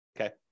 okay